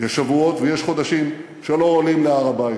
יש שבועות ויש חודשים שלא עולים להר-הבית.